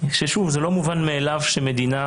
זה לא מובן מאליו שמדינה